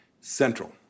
central